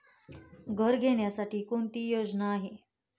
घर घेण्यासाठी कोणती योजना आहे?